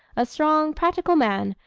a strong, practical man,